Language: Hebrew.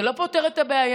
זה לא פותר את הבעיה.